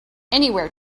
anywhere